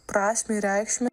prasmę reikšmę